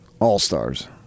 All-stars